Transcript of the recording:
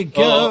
go